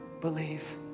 believe